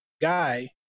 guy